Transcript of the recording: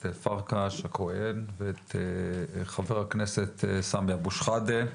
פרקש הכהן ואת חבר הכנסת סמי אבו שחאדה.